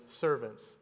servants